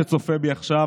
שצופה בי עכשיו,